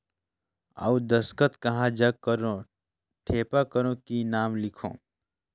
अउ दस्खत कहा जग करो ठेपा करो कि नाम लिखो?